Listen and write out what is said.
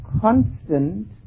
constant